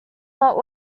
not